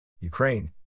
Ukraine